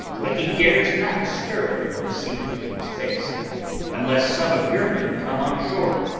but he dares not stir, nor see the king's face unless some of your men come on shore,